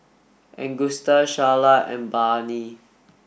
Agusta Sharla and Barnie